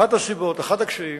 אחת הסיבות, אחד הקשיים